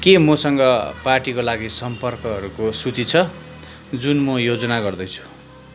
के मसँग पार्टीको लागि सम्पर्कहरूको सूची छ जुन म योजना गर्दैछु